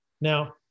Now